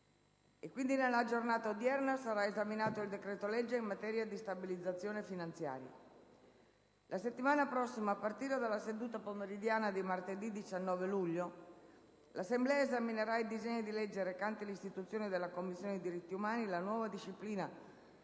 Nella giornata odierna sarà esaminato il decreto-legge in materia di stabilizzazione finanziaria. La prossima settimana, a partire dalla seduta pomeridiana di martedì 19 luglio, l'Assemblea esaminerà i disegni di legge recanti l'istituzione della Commissione diritti umani, la nuova disciplina